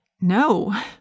No